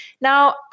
Now